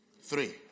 Three